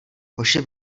hoši